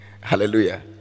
Hallelujah